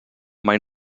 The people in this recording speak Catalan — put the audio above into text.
mai